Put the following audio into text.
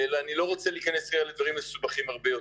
ואני לא רוצה להיכנס כרגע לדברים מסובכים הרבה יותר: